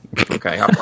Okay